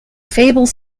fables